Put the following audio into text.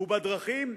הוא בדרכים,